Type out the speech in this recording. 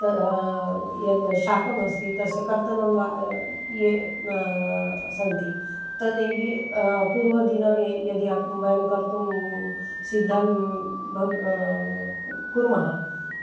तत् यद् शाकमस्ति तस्य कर्तनं वा ये सन्ति तदपि पूर्वदिने य यदि अपि वयं कर्तुं सिद्धं भव् कुर्मः